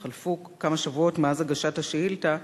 חלפו כמה שבועות מאז הגשת השאילתא,